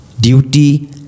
duty